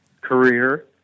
career